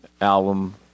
album